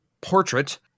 portrait